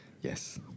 Yes